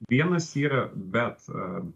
vienas yra bet